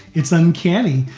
it's uncanny,